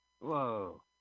Whoa